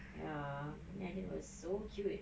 ya and it was so cute